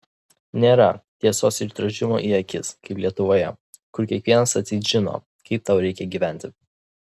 nėra tiesos išdrožimo į akis kaip lietuvoje kur kiekvienas atseit žino kaip tau reikia gyventi